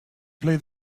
play